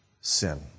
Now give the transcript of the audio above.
sin